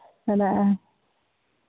ᱢᱮᱱᱟᱜᱼᱟ